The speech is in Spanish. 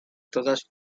todas